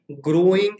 growing